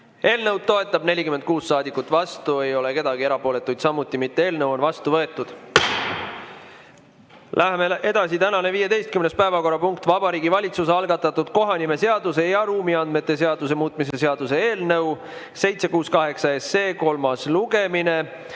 Eelnõu toetab 46 saadikut, vastu ei ole keegi, erapooletu samuti mitte. Eelnõu on seadusena vastu võetud. Läheme edasi. Tänane 15. päevakorrapunkt on Vabariigi Valitsuse algatatud kohanimeseaduse ja ruumiandmete seaduse muutmise seaduse eelnõu 768 kolmas lugemine.